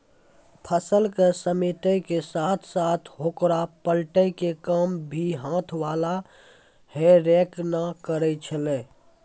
फसल क समेटै के साथॅ साथॅ होकरा पलटै के काम भी हाथ वाला हे रेक न करै छेलै